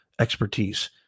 expertise